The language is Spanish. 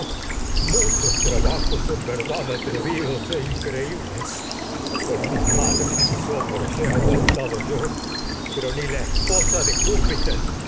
muchos con trabajos manos y verdad atre e increíbles yo me mis mis hombros he aguantado so pero los ni la esposa de júpiter